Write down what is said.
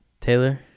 taylor